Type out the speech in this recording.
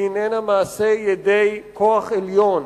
היא איננה מעשי ידי כוח עליון.